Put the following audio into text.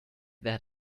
that